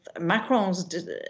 Macron's